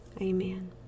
amen